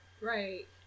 right